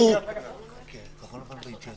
עוד לא התחילו